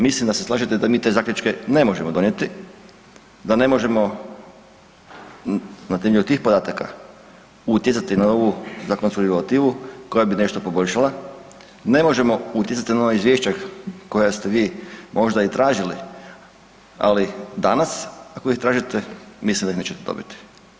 Mislim da se slažete da mi te zaključke ne možemo donijeti, da ne možemo na temelju tih podataka utjecati na novu zakonodavnu regulativu koja bi nešto poboljšala, ne možemo utjecati na ona izvješća koja ste vi možda i tražili, ali danas ako ih tražite, mislim da ih nećete dobiti.